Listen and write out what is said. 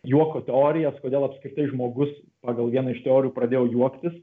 juoko teorijas kodėl apskritai žmogus pagal vieną iš teorijų pradėjo juoktis